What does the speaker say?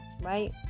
right